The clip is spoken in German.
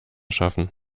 schaffen